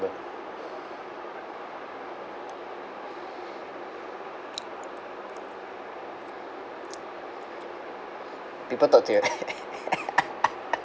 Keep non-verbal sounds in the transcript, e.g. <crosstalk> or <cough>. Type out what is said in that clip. people talk to you <laughs>